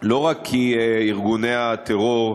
שארגוני טרור,